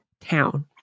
town